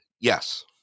yes